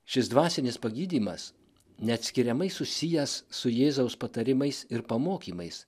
šis dvasinis pagydymas neatskiriamai susijęs su jėzaus patarimais ir pamokymais